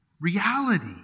reality